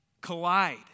collide